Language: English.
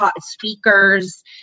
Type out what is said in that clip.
speakers